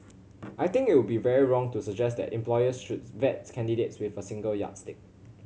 I think it would be very wrong to suggest that employers should vet candidates with a single yardstick